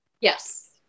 Yes